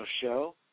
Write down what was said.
show